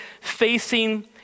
facing